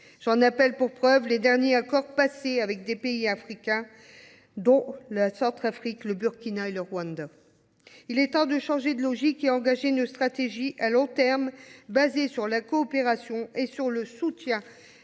J’en veux pour preuve les derniers accords passés avec des États africains, dont la République centrafricaine, le Burkina Faso et le Rwanda. Il est temps de changer de logique et d’engager une stratégie à long terme, fondée sur la coopération et sur le soutien